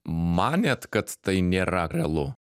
manėt kad tai nėra realu